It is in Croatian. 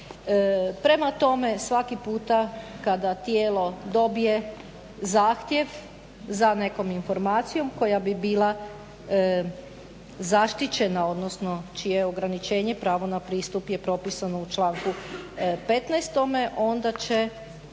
Prema tome svaki puta kada tijelo dobije zahtjev za nekom informacijom koja bi bila zaštićena, odnosno čije je ograničenje pravo na pristup je propisano u članku 15. onda će